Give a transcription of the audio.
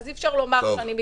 אז אי-אפשר לומר שאני מתמקדת.